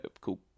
Cool